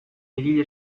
egile